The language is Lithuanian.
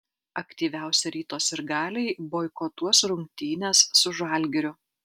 aktyviausi ryto sirgaliai boikotuos rungtynes su žalgiriu